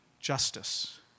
justice